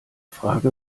frage